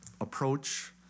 approach